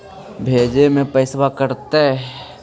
भेजे में पैसा भी कटतै?